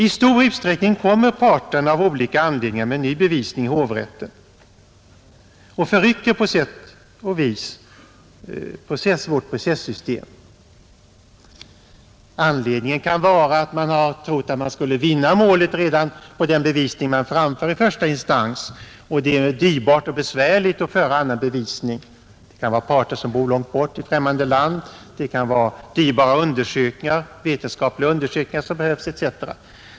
I stor utsträckning kommer parterna av olika anledningar med ny bevisning i hovrätten och förrycker därigenom på sätt och vis vårt processystem. Anledningen kan vara att man har trott att man skulle vinna målet redan på den bevisning man framför i första instans och det är dyrbart och besvärligt att föra annan bevisning. Det kan vara parter som bor långt borta i främmande land, det kan vara dyrbara vetenskapliga undersökningar som behövs etc.